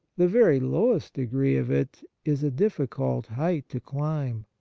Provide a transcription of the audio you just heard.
the very lowest degree of it is a difficult height to climb.